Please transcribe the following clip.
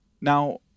Now